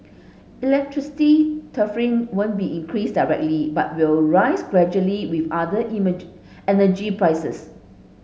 electricity tariff won't be increased directly but will rise gradually with other energy prices